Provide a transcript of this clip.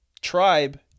tribe